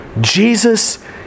Jesus